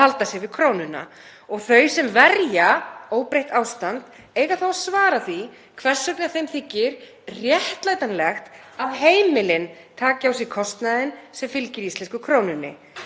að halda sig við krónuna. Þau sem verja óbreytt ástand eiga þá að svara því hvers vegna þeim þykir réttlætanlegt að heimilin taki á sig kostnaðinn sem fylgir íslensku krónunni.